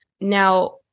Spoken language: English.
Now